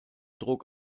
druck